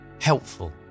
helpful